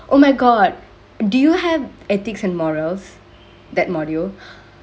oh my god do you have ethics and morals that module